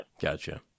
Gotcha